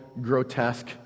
grotesque